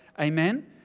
Amen